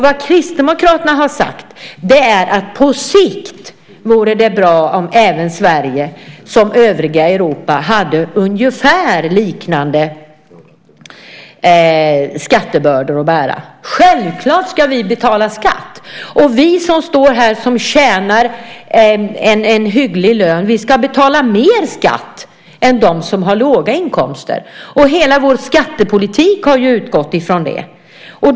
Vad Kristdemokraterna har sagt är att på sikt vore det bra om även Sverige hade ungefär liknande skattebördor att bära som övriga Europa. Självklart ska vi betala skatt! Och vi som står här, som har en hygglig lön, vi ska betala mer skatt än de som har låga inkomster. Hela vår skattepolitik har ju utgått ifrån det.